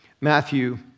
Matthew